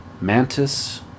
Mantis